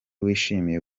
wishimiye